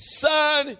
son